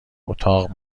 اتاق